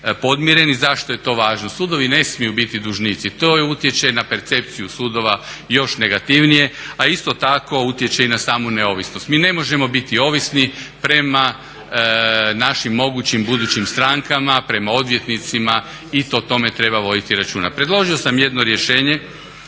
podmireni. Zašto je to važno? Sudovi ne smiju biti dužnici. To utječe na percepciju sudova još negativnije, a isto tako utječe i na samo neovisnost. Mi ne možemo biti ovisni prema našim mogućim budućim strankama, prema odvjetnicima i o tome treba voditi računa. Predložio sam jedno rješenje